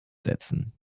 setzen